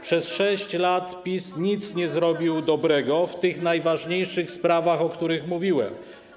Przez 6 lat PiS nie zrobił nic dobrego w tych najważniejszych sprawach, o których mówiłem.